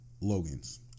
Logans